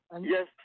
Yes